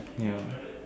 ya